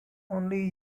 only